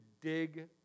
dig